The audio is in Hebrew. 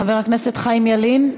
חבר הכנסת חיים ילין,